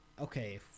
okay